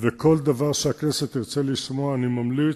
וכל דבר שהכנסת תרצה לשמוע, אני ממליץ,